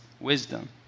wisdom